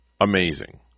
amazing